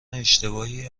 اشتباهی